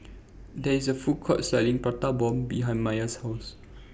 There IS A Food Court Selling Prata Bomb behind Mia's House